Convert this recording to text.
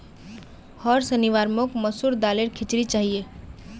होर शनिवार मोक मसूर दालेर खिचड़ी चाहिए